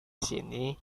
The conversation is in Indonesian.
sini